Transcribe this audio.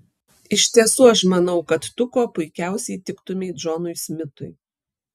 iš tiesų aš manau kad tu kuo puikiausiai tiktumei džonui smitui